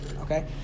Okay